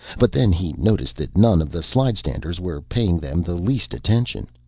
but then he noticed that none of the slidestanders were paying them the least attention.